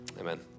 amen